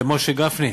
משה גפני,